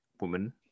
woman